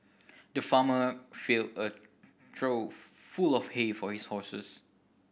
the farmer filled a trough full of hay for his horses